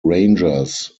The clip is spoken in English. rangers